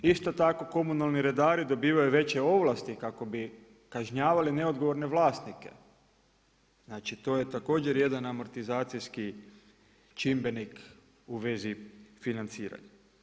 Isto tako komunalni redari dobivaju veće ovlasti kako bi kažnjavali neodgovorne vlasnike, znači to je također jedan amortizacijski čimbenik u vezi financiranja.